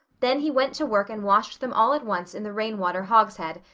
then he went to work and washed them all at once in the rainwater hogshead,